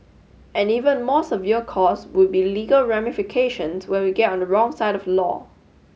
an even more severe cost would be legal ramifications when we get on the wrong side of the law